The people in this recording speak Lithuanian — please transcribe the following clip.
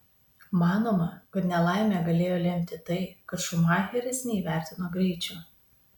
manoma kad nelaimę galėjo lemti tai kad šumacheris neįvertino greičio